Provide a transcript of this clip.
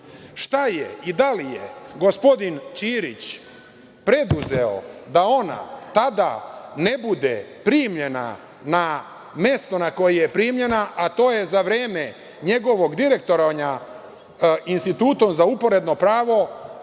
Šta je i da li je gospodin Ćirić preduzeo da ona tada ne bude primljena na mesto na koje je primljena, a to je za vreme njegovog direktovanja Institutom za uporedno pravo,